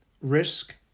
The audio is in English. Risk